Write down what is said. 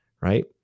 right